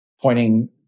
pointing